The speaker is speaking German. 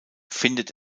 findet